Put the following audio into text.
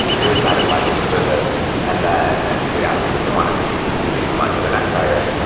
be really satisfied with the service and then we'd ask them if they wanted to keep using moonlight for the next hire.